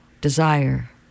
desire